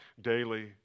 daily